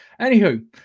Anywho